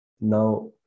now